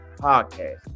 Podcast